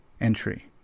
entry